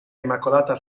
immacolata